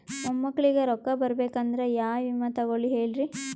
ಮೊಮ್ಮಕ್ಕಳಿಗ ರೊಕ್ಕ ಬರಬೇಕಂದ್ರ ಯಾ ವಿಮಾ ತೊಗೊಳಿ ಹೇಳ್ರಿ?